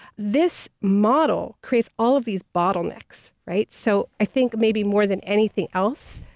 this model creates all of these bottlenecks, right? so i think maybe more than anything else,